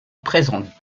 présente